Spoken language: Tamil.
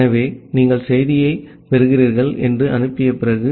ஆகவே நீங்கள் செய்தியைப் பெறுகிறீர்கள் என்று அனுப்பிய பிறகு